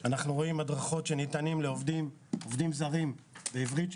אנחנו רואים הדרכות שניתנות לעובדים זרים בעברית,